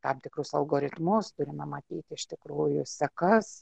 tam tikrus algoritmus turime matyti iš tikrųjų sekas